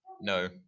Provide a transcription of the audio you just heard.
No